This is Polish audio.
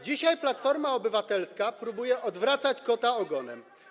Dzisiaj Platforma Obywatelska próbuje odwracać kota ogonem.